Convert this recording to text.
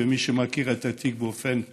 ומי שמכיר את התיק באופן אישי,